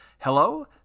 hello